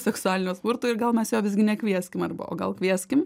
seksualinio smurto ir gal mes jo visgi nekvieskim arba o gal kvieskim